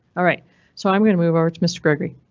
alright so i'm going to move over to mr gregory.